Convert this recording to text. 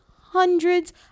hundreds